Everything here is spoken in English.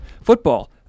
Football